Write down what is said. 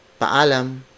paalam